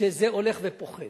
שזה הולך ופוחת